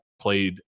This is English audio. played